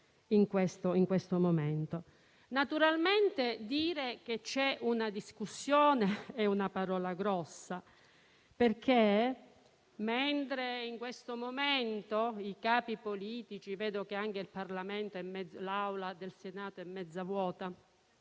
giustizia. Naturalmente dire che c'è una discussione è un'affermazione grossa perché, mentre in questo momento i capi politici - vedo che anche l'Aula del Senato è mezza vuota